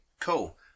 Cool